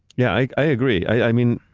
yeah, i i agree. i mean,